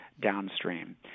downstream